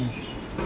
mm